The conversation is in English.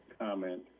comment